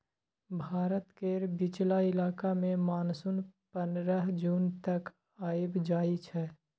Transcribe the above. भारत केर बीचला इलाका मे मानसून पनरह जून तक आइब जाइ छै